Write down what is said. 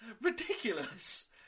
ridiculous